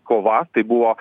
kova tai buvo